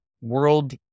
world